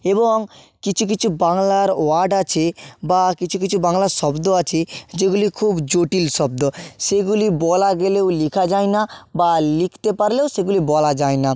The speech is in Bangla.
এবং কিছু কিছু বাংলার ওয়ার্ড আছে বা কিছু কিছু বাংলার শব্দ আছে যেগুলি খুব জটিল শব্দ সেগুলি বলা গেলেও লেখা যায় না বা লিখতে পারলেও সেগুলি বলা যায় না